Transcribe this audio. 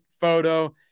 photo